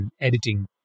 editing